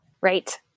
Right